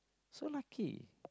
so lucky